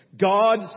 God